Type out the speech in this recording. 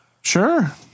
Sure